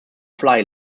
fly